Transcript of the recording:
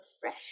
fresh